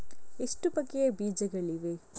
ಎಷ್ಟು ಬಗೆಯ ಬೀಜಗಳಿವೆ?